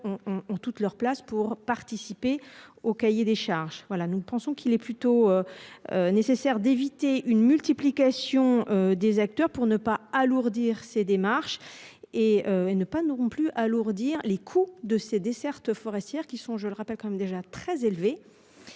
ont toute leur place pour participer au cahier des charges. Voilà, nous pensons qu'il est plutôt. Nécessaire d'éviter une multiplication des acteurs pour ne pas alourdir ses démarches et et ne pas n'auront plus alourdir les coûts de ces dessertes forestières qui sont, je le rappelle quand même déjà très élevés.